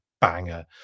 banger